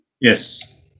Yes